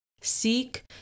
Seek